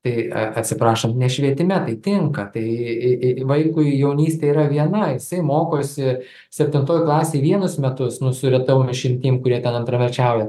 tai atsiprašant ne švietime tai tinka tai eee vaikui jaunystė yra viena jisai mokosi septintoj klasėj vienus metus nu su retom išimtim kurie ten antramečiauja